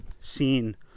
scene